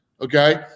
Okay